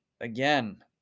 again